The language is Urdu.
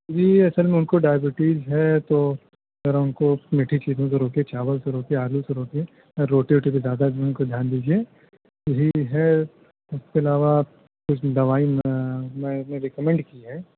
جی اصل میں ان کو دائبٹیز ہے تو ذرا ان کو میٹھی چیزوں سے روکیے چاول سے روکیے آلو سے روکیے روٹی ووٹی پہ زیادہ ان کو دھیان دیجیے یہی ہے اس کے علاوہ کچھ دوائی میں میں نے رکمینڈ کی ہے